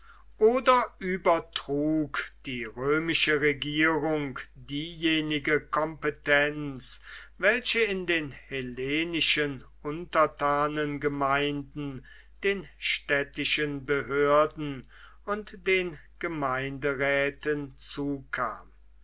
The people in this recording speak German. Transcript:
oder übertrug die römische regierung diejenige kompetenz welche in den hellenischen untertanengemeinden den städtischen behörden und den gemeinderäten zukam